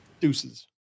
Deuces